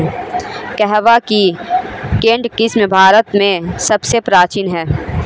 कहवा की केंट किस्म भारत में सबसे प्राचीन है